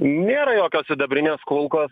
nėra jokios sidabrinės kulkos